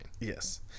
yes